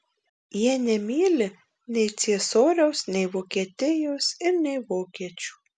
jie nemyli nei ciesoriaus nei vokietijos ir nei vokiečių